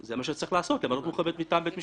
זה מה שצריך לעשות, למנות מומחה מטעם בית המשפט.